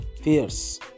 Fierce